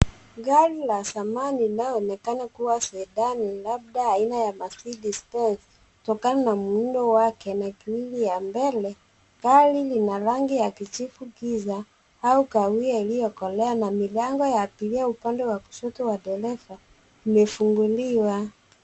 Gari la zamani linaloonekana kuwa Sidan , labda aina ya Mercedes Benz kutokana na muundo wake na grili ya mbele. Gari lina rangi ya kijivu giza, au kahawia iliokolea na milango ya abiria upande wa kushoto wa dereva, imefunguliwa.